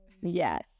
Yes